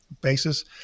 basis